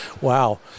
Wow